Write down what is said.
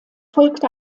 folgte